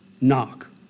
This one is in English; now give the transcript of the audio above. knock